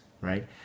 right